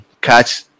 Catch